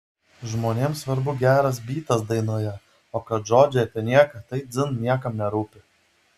žmonėm svarbu geras bytas dainoje o kad žodžiai apie nieką tai dzin niekam nerūpi